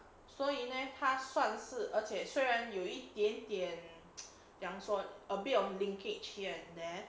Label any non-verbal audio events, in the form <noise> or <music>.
所以 leh 他算是而且虽然有一点点 <noise> 怎样说 a bit of linkage here and there